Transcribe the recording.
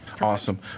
Awesome